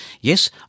Yes